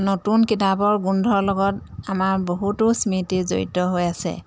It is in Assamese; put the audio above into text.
নতুন কিতাপৰ গোন্ধৰ লগত আমাৰ বহুতো স্মৃতি জড়িত হৈ আছে